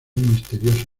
misterioso